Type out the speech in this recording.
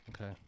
Okay